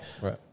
Right